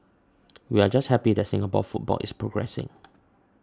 we're just happy that Singapore football is progressing